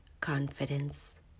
confidence